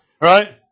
Right